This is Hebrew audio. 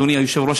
אדוני היושב-ראש,